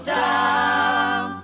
down